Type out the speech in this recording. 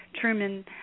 truman